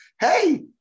Hey